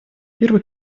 первый